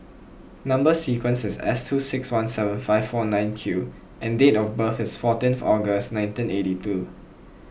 Number Sequence is S two six one seven five four nine Q and date of birth is fourteenth August nineteen eighty two